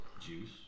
Juice